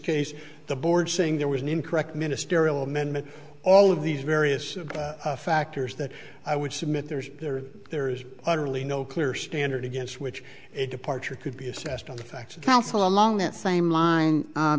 case the board saying there was an incorrect ministerial amendment all of these various factors that i would submit there's there are there is utterly no clear standard against which a departure could be assessed on the facts of the house along that same